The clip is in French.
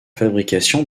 fabrication